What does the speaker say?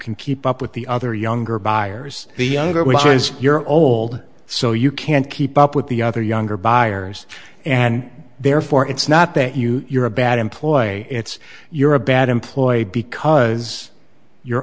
can keep up with the other younger buyers the younger when you're old so you can't keep up with the other younger buyers and therefore it's not that you're a bad employ it's you're a bad employee because you're